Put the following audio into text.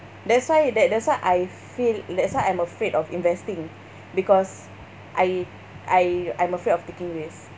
that's why that that's why I feel that's why I'm afraid of investing because I I I'm afraid of taking risk